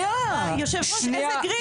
היושב ראש איזה גריל?